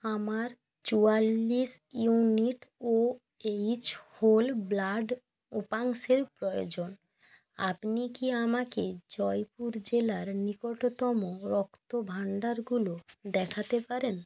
আমার চুয়াল্লিশ ইউনিট ও এইচ হোল ব্লাড উপাংশের প্রয়োজন আপনি কি আমাকে জয়পুর জেলার নিকটতম রক্ত ভাণ্ডারগুলো দেখাতে পারেন